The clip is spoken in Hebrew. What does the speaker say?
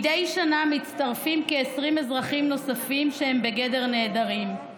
מדי שנה מצטרפים כ-20 אזרחים נוספים שהם בגדר נעדרים.